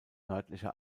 nördlicher